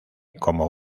como